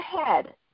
ahead